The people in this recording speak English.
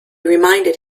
reminded